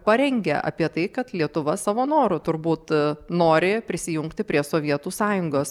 parengę apie tai kad lietuva savo noru turbūt nori prisijungti prie sovietų sąjungos